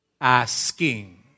Asking